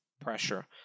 pressure